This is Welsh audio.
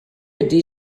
ydy